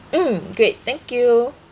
mm great thank you